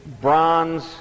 bronze